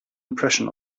impression